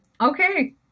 Okay